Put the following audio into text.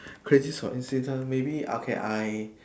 crazy coincident maybe okay I